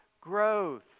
growth